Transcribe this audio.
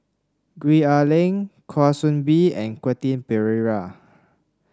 Gwee Ah Leng Kwa Soon Bee and Quentin Pereira